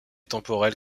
temporelle